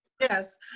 yes